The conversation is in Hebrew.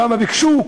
כמה ביקשו,